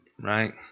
Right